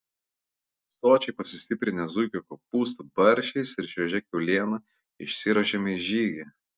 sočiai pasistiprinę zuikio kopūstų barščiais ir šviežia kiauliena išsiruošėme į žygį